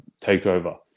TakeOver